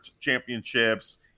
championships